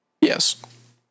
yes